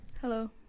Hello